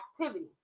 activity